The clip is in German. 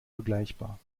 vergleichbar